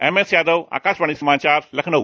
M S Yadav Akashvani समाचार लखनऊ